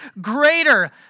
greater